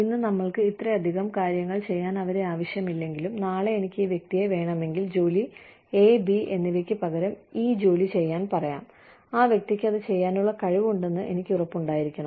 ഇന്ന് നമ്മൾക്ക് ഇത്രയധികം കാര്യങ്ങൾ ചെയ്യാൻ അവരെ ആവശ്യമില്ലെങ്കിലും നാളെ എനിക്ക് ഈ വ്യക്തിയെ വേണമെങ്കിൽ ജോലി എ ബി എന്നിവയ്ക്ക് പകരം ഇ ജോലി ചെയ്യാൻ പറയാം ആ വ്യക്തിക്ക് അത് ചെയ്യാനുള്ള കഴിവുണ്ടെന്ന് എനിക്ക് ഉറപ്പുണ്ടായിരിക്കണം